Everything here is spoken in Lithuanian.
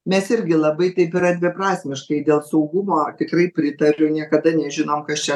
mes irgi labai taip yra dviprasmiškai dėl saugumo tikrai pritariu niekada nežinom kas čia